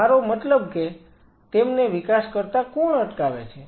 મારો મતલબ કે તેમને વિકાસ કરતા કોણ અટકાવે છે